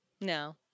No